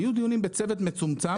היו דיונים בצוות מצומצם.